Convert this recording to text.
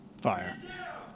Fire